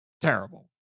terrible